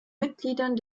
mitgliedern